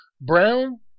Brown